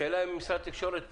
השאלה היא אם משרד התקשורת פה.